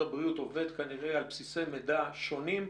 הבריאות עובד כנראה על בסיסי מידע שונים.